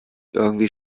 irgendwie